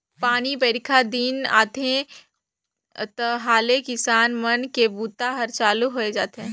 पानी बाईरखा दिन आथे तहाँले किसान मन के बूता हर चालू होए जाथे